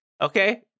okay